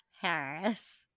Harris